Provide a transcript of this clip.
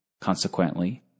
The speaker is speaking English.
Consequently